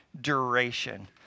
duration